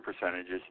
percentages